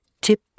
tip